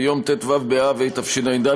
ביום ט"ו באב התשע"ד,